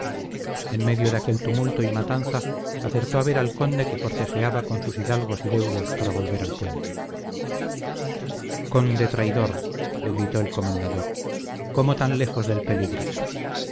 en medio de aquel tumulto y matanza acertó a ver al conde que forcejeaba con sus hidalgos y deudos para volver al puente conde traidor le gritó el comendador cómo tan lejos del peligro